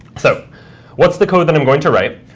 so what's the code that i'm going to write?